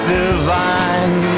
divine